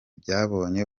byabonye